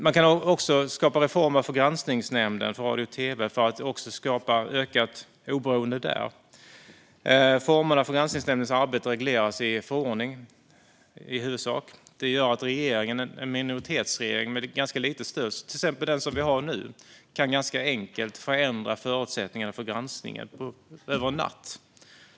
Man kan också införa reformer för granskningsnämnden för radio och tv för att skapa ett ökat oberoende där. Formerna för granskningsnämndens arbete regleras i huvudsak i förordning. Det gör att en minoritetsregering med ett ganska litet stöd, till exempel den som vi har nu, ganska enkelt kan förändra förutsättningarna för granskningen över en natt.